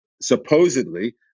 supposedly